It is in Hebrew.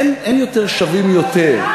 אין יותר שווים יותר,